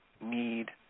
need